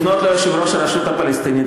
וזה לפנות ליושב-ראש הרשות הפלסטינית.